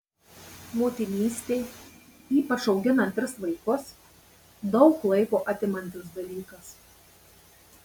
motinystė ypač auginant tris vaikus daug laiko atimantis dalykas